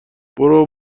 برو